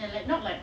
and like not like